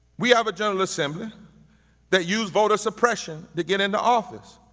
we have a general assembly that use voter suppression to get into office,